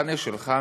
מהמחנה שלך,